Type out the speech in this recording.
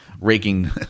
raking